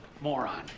moron